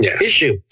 issue